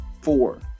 four